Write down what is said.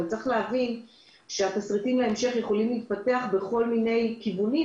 אבל צריך להבין שהתסריטים להמשך יכולים להתפתח לכל מיני כיוונים,